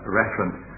reference